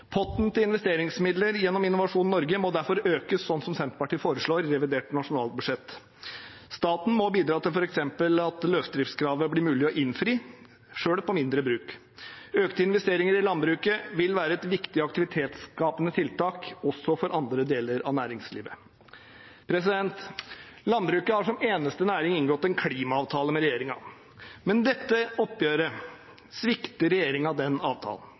Potten til investeringsmidler gjennom Innovasjon Norge må derfor økes, som Senterpartiet foreslår, i revidert nasjonalbudsjett. Staten må f.eks. bidra til at løsdriftskravet blir mulig å innfri, selv på mindre bruk. Økte investeringer i landbruket vil være et viktig aktivitetsskapende tiltak også for andre deler av næringslivet. Landbruket har som eneste næring inngått en klimaavtale med regjeringen. Med dette oppgjøret svikter regjeringen den avtalen.